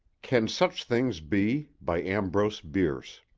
can such things be? by ambrose bierce